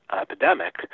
epidemic